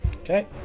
Okay